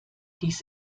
dies